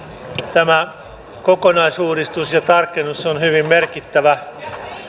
tämä kokonaisuudistus ja tarkennus on hyvin merkittävä